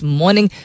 morning